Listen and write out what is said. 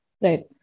Right